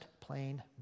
plain